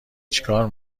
چیکار